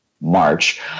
March